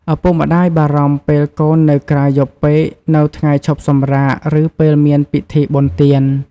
ឪពុកម្តាយបារម្ភពេលកូននៅក្រៅយប់ពេកនៅថ្ងៃឈប់សម្រាក ឬពេលមានពិធីបុណ្យទាន។